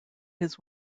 his